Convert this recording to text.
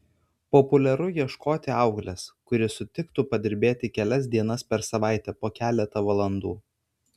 populiaru ieškoti auklės kuri sutiktų padirbėti kelias dienas per savaitę po keletą valandų